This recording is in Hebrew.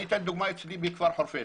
אני אתן דוגמה על כפר חורפיש